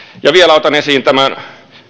ja vielä otan esiin tämän